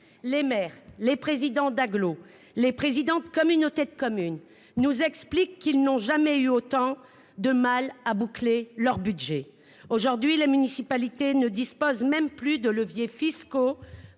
Les maires, les présidents d'agglomération et les présidents de communauté de communes nous expliquent qu'ils n'ont jamais eu autant de mal à boucler leur budget. Aujourd'hui, les municipalités ne disposent même plus de leviers fiscaux